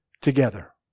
together